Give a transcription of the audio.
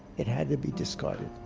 it had to be discarded